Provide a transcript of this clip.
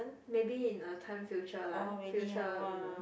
maybe in a time future lah future um